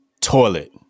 toilet